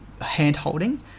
hand-holding